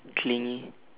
clingy